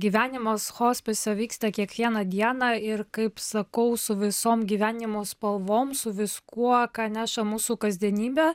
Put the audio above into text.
gyvenimas hospise vyksta kiekvieną dieną ir kaip sakau su visom gyvenimo spalvom su viskuo ką neša mūsų kasdienybė